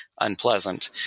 unpleasant